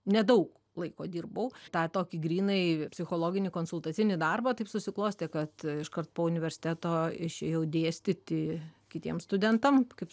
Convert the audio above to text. nedaug laiko dirbau tą tokį grynai psichologinį konsultacinį darbą taip susiklostė kad iškart po universiteto išėjau dėstyti kitiem studentam kaip